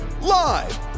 Live